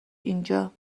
اینجا